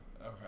Okay